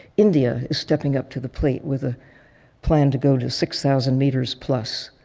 india is stepping up to the plate with a plan to go to six thousand meters-plus.